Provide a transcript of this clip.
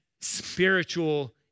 spiritual